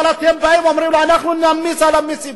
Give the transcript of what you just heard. אבל אתם אומרים לו: אנחנו נטיל עליו מסים.